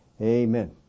Amen